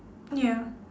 ya